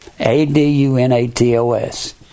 A-D-U-N-A-T-O-S